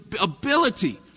ability